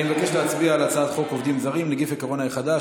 אני מבקש להצביע על הצעת חוק עובדים זרים (נגיף הקורונה החדש,